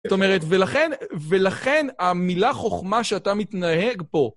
זאת אומרת, ולכן המילה חוכמה שאתה מתנהג פה...